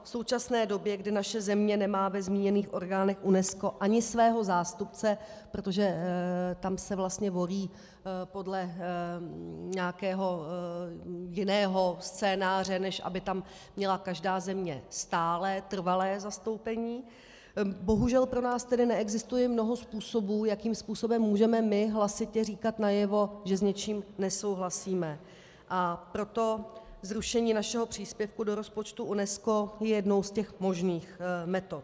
V současné době, kdy naše země nemá ve zmíněných orgánech UNESCO ani svého zástupce, protože tam se vlastně volí podle nějakého jiného scénáře, než aby tam měla každá země stálé trvalé zastoupení, bohužel pro nás tedy neexistuje mnoho způsobů, jakým způsobem můžeme my hlasitě říkat najevo, že s něčím nesouhlasíme, a proto zrušení našeho příspěvku do rozpočtu UNESCO je jednou z možných metod.